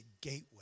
gateway